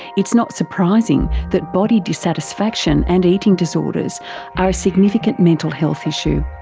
it's not surprising that body dissatisfaction and eating disorders are a significant mental health issue.